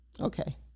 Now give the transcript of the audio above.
okay